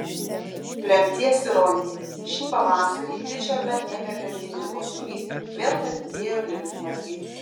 lemties ironija šį pavasarį ričardą ėmė kankinti kosulys vėl padidėjo limfmazgiai